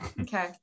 okay